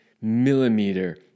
millimeter